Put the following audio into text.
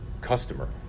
customer